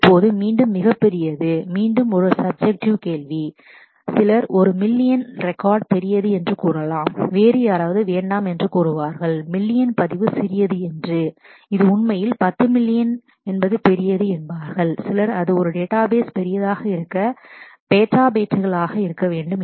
இப்போது மீண்டும் மிகப் பெரியது மீண்டும் ஒரு சப்ஜெக்ட்டில் subjective கேள்வி சிலர் ஒரு மில்லியன் million ரெகார்ட் பெரியது என்று கூறலாம் வேறு யாராவது வேண்டாம் என்று கூறுவார்கள் மில்லியன் பதிவு சிறியது இது உண்மையில் 10 மில்லியன் millions என்பது பெரியது சிலர் அது ஒரு டேட்டாபேஸ் database பெரிதாக இருக்க பெட்டாபைட்டுகளாக இருக்க வேண்டும்